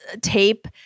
tape